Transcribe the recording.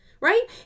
Right